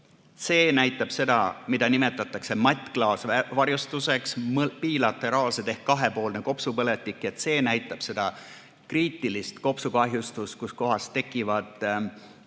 C näitab seda, mida nimetatakse mattklaasvarjustuseks: bilateraalne ehk kahepoolne kopsupõletik. C näitab seda kriitilist kopsukahjustust, kus kohas tekivad